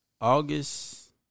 August